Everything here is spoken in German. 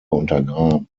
untergraben